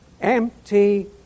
empty